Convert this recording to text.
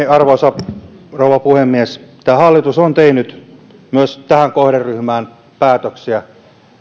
arvoisa rouva puhemies tämä hallitus on tehnyt myös tähän kohderyhmään päätöksiä